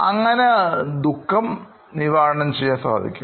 അങ്ങനെ ദുഃഖ നിവാരണം ചെയ്യുവാൻ സാധിക്കും